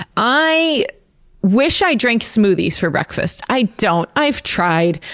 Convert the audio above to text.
ah i wish i drank smoothies for breakfast. i don't. i've tried.